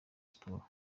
sports